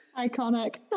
Iconic